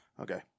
Okay